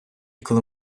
коли